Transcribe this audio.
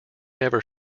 never